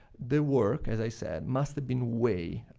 the work, as i said, must have been way